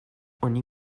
oni